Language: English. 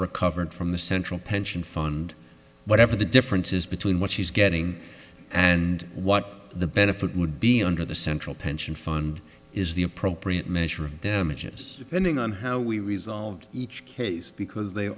recovered from the central pension fund whatever the differences between what she's getting and what the benefit would be under the central pension fund is the appropriate measure of damages pending on how we resolved each case because they